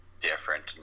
different